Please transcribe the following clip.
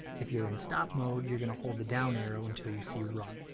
if you're in stop mode you're gonna hold the down arrow until you see run.